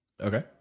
okay